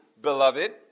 beloved